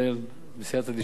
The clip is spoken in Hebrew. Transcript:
בסייעתא דשמיא כמובן,